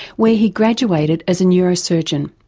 where he graduated as a neurosurgeon.